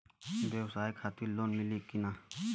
ब्यवसाय खातिर लोन मिली कि ना?